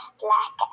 black